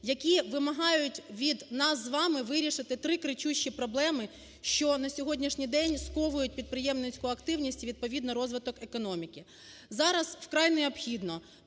які вимагають від нас з вами вирішити три кричущі проблеми, що на сьогоднішній день сковують підприємницьку активність і відповідно розвиток економіки. Зараз вкрай необхідно